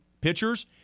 pitchers